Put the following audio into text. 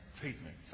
treatment